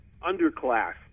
underclass